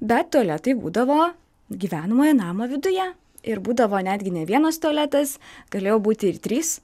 bet tualetai būdavo gyvenamojo namo viduje ir būdavo netgi ne vienas tualetas galėjo būti ir trys